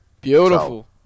Beautiful